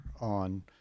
on